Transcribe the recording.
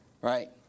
right